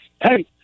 hey